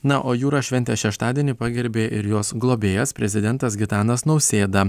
na o jūros šventę šeštadienį pagerbė ir jos globėjas prezidentas gitanas nausėda